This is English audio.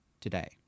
today